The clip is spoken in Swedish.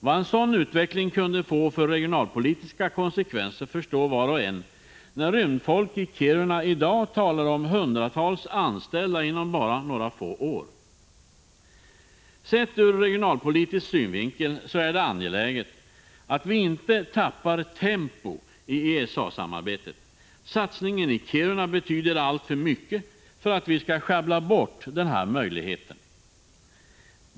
Vilka regionalpolitiska konsekvenser en sådan utveckling kan få förstår var och en, när rymdfolk i Kiruna i dag talar om hundratals anställda inom bara några få år. Ur regionalpolitisk synvinkel är det angeläget att vi inte tappar tempo i ESA-samarbetet. Satsningarna i Kiruna betyder alltför mycket för att vi skall sjabbla bort den här möjligheten.